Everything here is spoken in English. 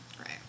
Right